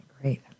Great